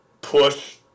push